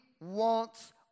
wants